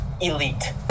elite